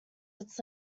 its